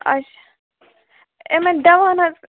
اَچھا اِمن دواہَن رۅپین